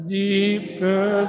deeper